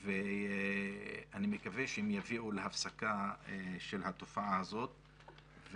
ואני מקווה שהם יביאו להפסקה של התופעה הזאת.